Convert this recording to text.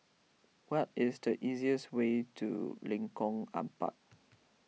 what is the easiest way to Lengkong Empat